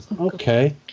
Okay